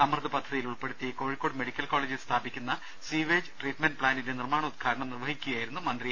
അമൃത് പദ്ധതിയിൽ ഉൾപ്പെടുത്തി കോഴിക്കോട് മെഡിക്കൽ കോളെജിൽ സ്ഥാപിക്കുന്ന സ്വീവേജ് ട്രീറ്റ്മെന്റ് പ്ലാന്റിന്റെ നിർമാണോദ്ഘാടനം നിർവഹിക്കുക യായിരുന്നു മന്ത്രി